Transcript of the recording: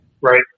right